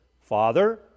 Father